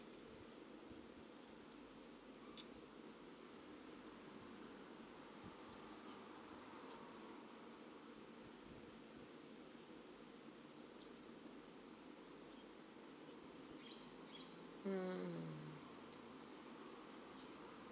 mm